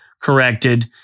corrected